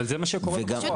אבל זה מה שקורה בפועל.